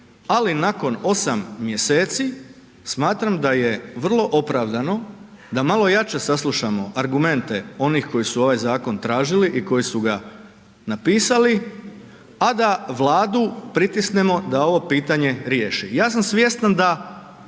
ali nakon 8 mjeseci smatram da je vrlo opravdano da malo jače saslušamo argumente onih koji su ovaj zakon tražili i koji su ga napisali, a da vladu pritisnemo da ovo pitanje riješi. Ja sam svjestan da